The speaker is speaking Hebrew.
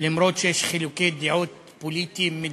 אומנם יש חילוקי דעות פוליטיים-מדיניים,